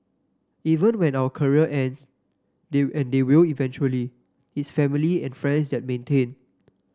even when our career ends they and they will eventually it's family and friends that maintain